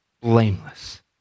blameless